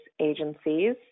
agencies